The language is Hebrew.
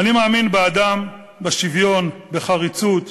אני מאמין באדם, בשוויון, בחריצות,